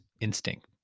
instinct